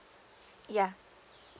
yeah